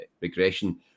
regression